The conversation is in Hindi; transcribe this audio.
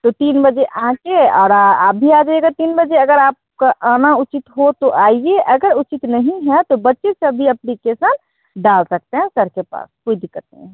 तो तीन बजे आ कर और आप भी आ जाइएगा तीन बजे अगर आपका आना उचित हो तो आइए अगर उचित नहीं है तो बच्चे से अभी अप्लीकेसन डाल सकते हैं सर के पास कोई दिक्कत नहीं है